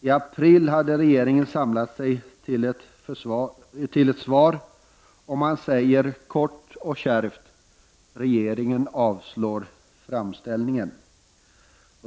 I april hade regeringen samlat sig till ett svar. Man sade kort och kärvt att regeringen avslår framställningen.